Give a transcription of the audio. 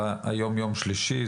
היום יום שלישי,